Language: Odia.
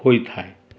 ହୋଇଥାଏ